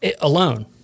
alone